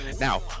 Now